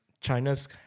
China's